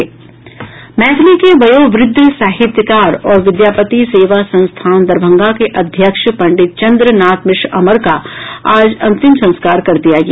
मैथिली के वयोवृद्ध साहित्यकार और विद्यापति सेवा संस्थान दरभंगा के अध्यक्ष पंडित चन्द्र नाथ मिश्र अमर का आज अंतिम संस्कार कर दिया गया